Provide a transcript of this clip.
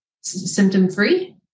symptom-free